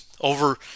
over